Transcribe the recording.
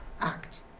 act